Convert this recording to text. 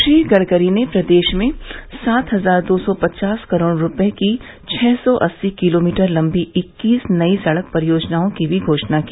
श्री गडगरी ने प्रदेश में सात हजार दो सौ पचास करोड़ रूपये की छः सौ अस्सी किलोमीटर लम्बी इक्कीस नयी सड़क परियोजनाओं की मी घोषणा की